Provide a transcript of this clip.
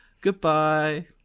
Goodbye